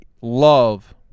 love